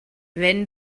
wenn